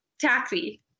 taxi